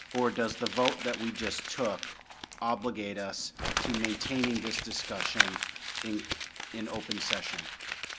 or does the vote that we just took obligate us to maintaining this discussion in in open session?